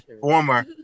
former